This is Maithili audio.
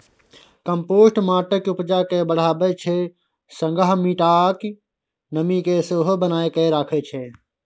कंपोस्ट माटिक उपजा केँ बढ़ाबै छै संगहि माटिक नमी केँ सेहो बनाए कए राखै छै